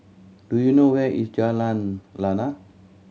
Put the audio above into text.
do you know where is Jalan Lana